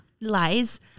Lies